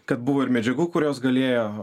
kad buvo ir medžiagų kurios galėjo